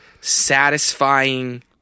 satisfying